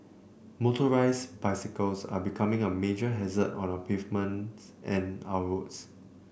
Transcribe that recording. motorised bicycles are becoming a major hazard on our pavements and our roads